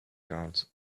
cards